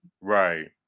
Right